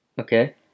Okay